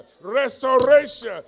restoration